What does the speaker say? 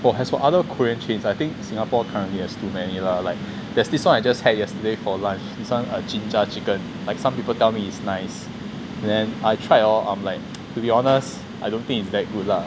well as for other korean chains ah I think singapore currently has too many lah like there's this one I just had yesterday for lunch this one jinjja chicken like some people tell me its nice and then I tried hor I'm like to be honest I don't think it's that good lah